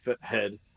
head